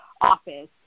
office